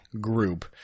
group